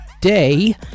Day